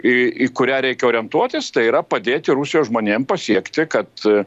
į į kurią reikia orientuotis tai yra padėti rusijos žmonėms pasiekti kad